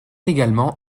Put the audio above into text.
également